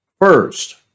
first